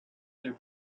their